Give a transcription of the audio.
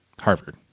Harvard